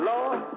Lord